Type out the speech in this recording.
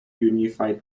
unified